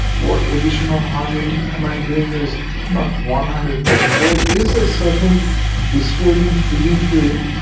or additional harming my doing is not one hundred percent. there is a certain disturbing feeling to it,